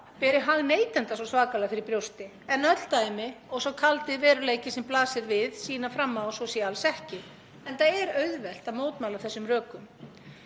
beri hag neytenda svo svakalega fyrir brjósti. En öll dæmi og sá kaldi veruleiki sem blasir við sýna fram á að svo sé alls ekki. Enda er auðvelt að mótmæla þessum rökum.